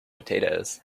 potatoes